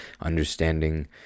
understanding